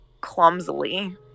clumsily